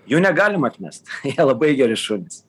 jų negalima atmest jie labai geri šunys